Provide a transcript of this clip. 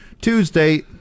Tuesday